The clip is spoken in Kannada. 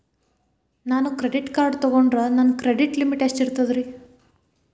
ನಾನು ಕ್ರೆಡಿಟ್ ಕಾರ್ಡ್ ತೊಗೊಂಡ್ರ ನನ್ನ ಕ್ರೆಡಿಟ್ ಲಿಮಿಟ್ ಎಷ್ಟ ಇರ್ತದ್ರಿ?